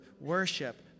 worship